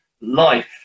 life